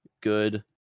good